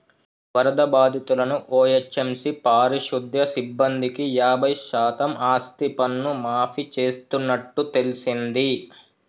వరద బాధితులను ఓ.హెచ్.ఎం.సి పారిశుద్య సిబ్బందికి యాబై శాతం ఆస్తిపన్ను మాఫీ చేస్తున్నట్టు తెల్సింది